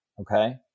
Okay